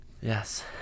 Yes